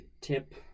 tip